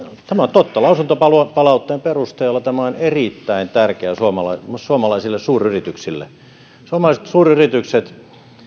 totta lausuntopalautteen perusteella tämä on erittäin tärkeä suomalaisille suuryrityksille suomalaiset suuryritykset